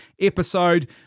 episode